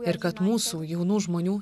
ir kad mūsų jaunų žmonių